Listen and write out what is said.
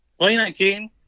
2019